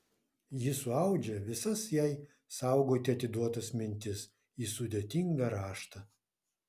ji suaudžia visas jai saugoti atiduotas mintis į sudėtingą raštą